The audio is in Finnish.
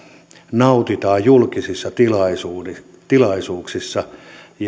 nautitaan julkisissa tilaisuuksissa tilaisuuksissa